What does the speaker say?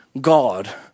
God